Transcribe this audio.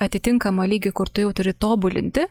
atitinkamą lygį kur tu jau turi tobulinti